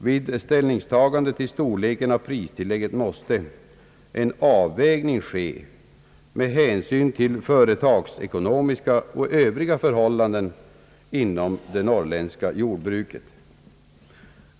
Vid ställningstagande till storleken av pristillägget måste en avvägning ske med hänsyn till företagsekonomiska och övriga förhållanden inom det norrländska jordbruket.